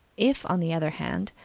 if, on the other hand,